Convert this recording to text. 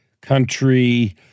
country